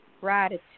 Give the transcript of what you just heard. gratitude